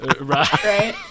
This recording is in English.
right